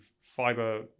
fiber